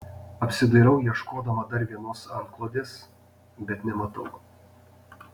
apsidairau ieškodama dar vienos antklodės bet nematau